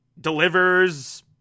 delivers